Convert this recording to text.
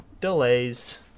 delays